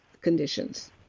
conditions